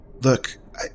look